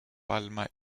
palma